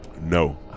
no